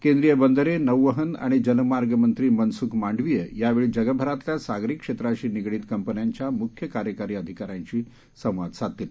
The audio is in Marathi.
केंद्रीय बंदरे नौवहन आणि जलमार्ग मंत्री मनसुख मांडवीय यावेळी जगभरातल्या सागरी क्षेत्राशी निगडीत कंपन्यांच्या मुख्य कार्यकारी अधिकाऱ्यांशी संवाद साधतील